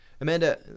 Amanda